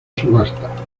subasta